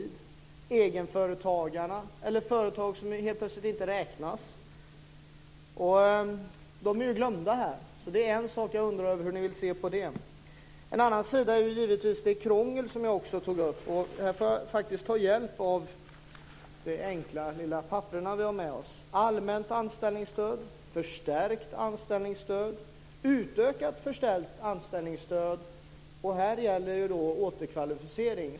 Det gäller egenföretagare och företag som helt plötsligt inte räknas. De är ju glömda här. Jag undrar hur ni ser på det. En annan sak är det krångel som jag också tog upp. Här får jag faktiskt ta hjälp av de enkla papper vi har med oss. För allmänt anställningsstöd, förstärkt anställningsstöd och utökat förstärkt anställningsstöd gäller återkvalificering.